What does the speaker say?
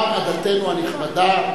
גם עדתנו הנכבדה,